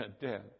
dead